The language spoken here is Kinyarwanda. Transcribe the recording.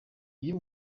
iyo